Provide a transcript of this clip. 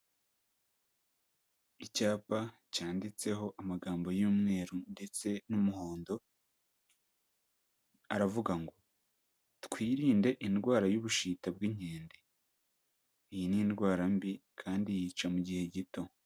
Icyapa cyanditseho amagambo y'umweru ndetse n'umuhondo, aravuga ngo twirinde indwara y'ubushita bw'inkende, iyi ni indwara mbi kandi yica mu gihe gito.